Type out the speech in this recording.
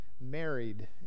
married